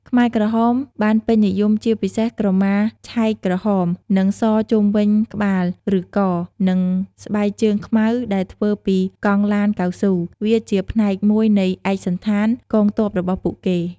ខ្មែរក្រហមបានពេញនិយមជាពិសេសក្រមាឆែកក្រហម និងសជុំវិញក្បាល ឬ ក និងស្បែកជើងខ្មៅដែលធ្វើពីកង់ឡានកៅស៊ូ វាជាផ្នែកមួយនៃ "ឯកសណ្ឋាន" កងទ័ពរបស់ពួកគេ។